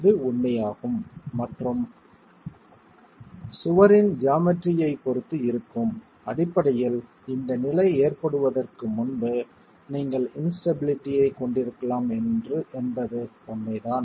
இது உண்மையாகும் மற்றும் சுவரின் ஜாமெட்ரி ஐ பொறுத்து இருக்கும் அடிப்படையில் இந்த நிலை ஏற்படுவதற்கு முன்பு நீங்கள் இன்ஸ்டபிலிடி ஐ கொண்டிருக்கலாம் என்பது உண்மைதான்